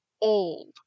old